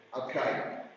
Okay